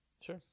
Sure